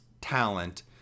talent